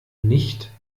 nicht